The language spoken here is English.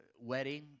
wedding